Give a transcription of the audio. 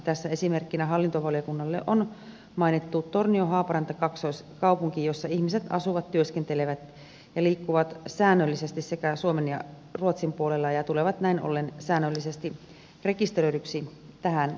tässä esimerkkinä hallintovaliokunnalle on mainittu torniohaaparanta kaksoiskaupunki jossa ihmiset asuvat työskentelevät ja liikkuvat säännöllisesti sekä suomen että ruotsin puolella ja tulevat näin ollen säännöllisesti rekisteröidyiksi tähän järjestelmään